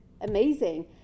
amazing